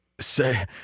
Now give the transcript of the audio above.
Say